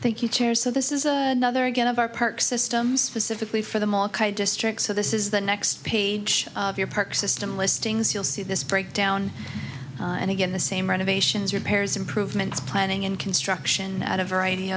you chair so this is a nother again of our park system specifically for the mall districts so this is the next page of your park system listings you'll see this breakdown and again the same renovations are pairs improvements planning in construction at a variety